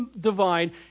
divine